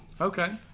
Okay